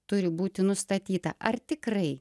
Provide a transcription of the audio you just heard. turi būti nustatyta ar tikrai